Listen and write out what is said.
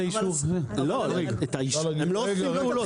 אז את האינו גרוע יותר אמרנו יועיל לתחרות